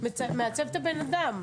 מעצב את הבן אדם.